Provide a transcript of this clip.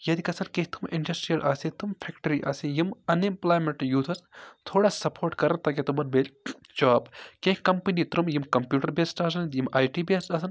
ییٚتہِ گژھن کیٚنٛہہ تِم اِنڈَسٹِرٛیل آسہِ تِم فیکٹِرٛی آسٕنۍ یِم اَن ایٚمپٕلایمٮ۪نٛٹہٕ یوٗتھَس تھوڑا سَپورٹ کَرَن تاکہِ تِمَن میلہِ جاب کیٚنٛہہ کَمپٔنی تُم یِم کَمپیٛوٗٹَر بیٚسڈ آسَن یِم آی ٹی بیٚسڈ آسَن